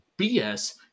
BS